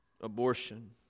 abortion